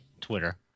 twitter